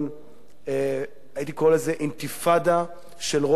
הייתי קורא לזה אינתיפאדה של ראש הממשלה